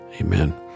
amen